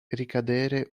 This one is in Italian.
ricadere